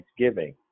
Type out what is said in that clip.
thanksgiving